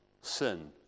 sin